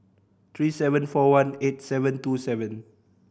three seven four one eight seven two seven